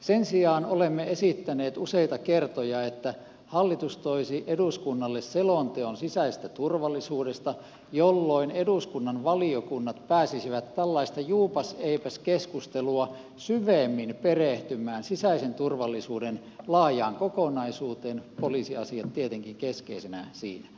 sen sijaan olemme esittäneet useita kertoja että hallitus toisi eduskunnalle selonteon sisäisestä turvallisuudesta jolloin eduskunnan valiokunnat pääsisivät tällaista juupaseipäs keskustelua syvemmin perehtymään sisäisen turvallisuuden laajaan kokonaisuuteen poliisiasiat tietenkin keskeisinä siinä